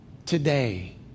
today